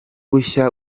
bushya